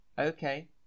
okay